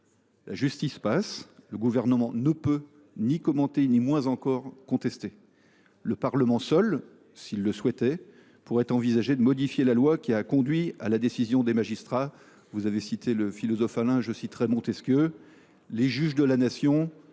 La justice passe et le Gouvernement ne peut ni commenter ni moins encore contester. Le Parlement seul, s’il le souhaitait, pourrait envisager de modifier la loi qui a conduit à la décision des magistrats. Vous avez cité le philosophe Alain ; je citerai pour ma part Montesquieu :« Les juges de la nation